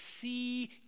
see